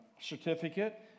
Certificate